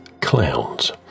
clowns